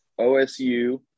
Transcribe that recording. OSU